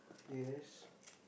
yes